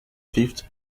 fifth